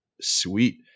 Sweet